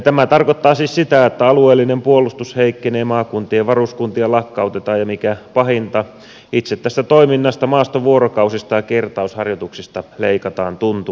tämä tarkoittaa siis sitä että alueellinen puolustus heikkenee maakuntien varuskuntia lakkautetaan ja mikä pahinta itse tästä toiminnasta maastovuorokausista ja kertausharjoituksista leikataan tuntuvasti